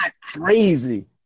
crazy